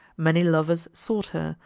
many lovers sought her,